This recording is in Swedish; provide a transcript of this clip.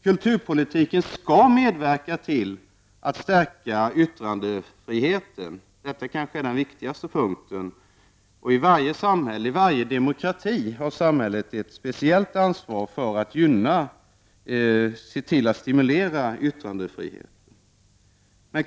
Kulturpolitiken skall medverka till att stärka yttrandefriheten. Detta är kanske den viktigaste punkten. I varje demokrati har samhället ett speciellt ansvar för att stimulera yttrandefriheten.